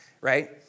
right